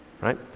right